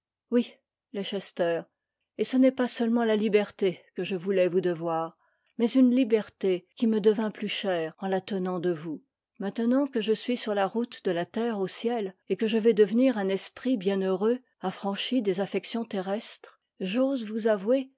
oui leicester et ce n'est pas seulement la liberté que je voulais vous devoir mais une liberté qui me devînt plus chère en la tenant de vous maintenant que je suis sur la route de la terre au ciel et que je a vais devenir un esprit bienheureux affranchi des affections terrestres j'ose vous avouer